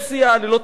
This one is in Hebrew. ללא תנאים,